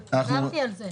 דיברתי על זה.